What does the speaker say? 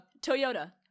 Toyota